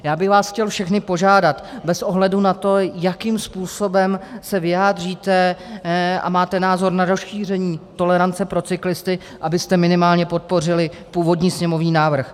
Já bych vás chtěl všechny požádat, bez ohledu na to, jakým způsobem se vyjádříte a máte názor na rozšíření tolerance pro cyklisty, abyste minimálně podpořili původní sněmovní návrh.